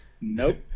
nope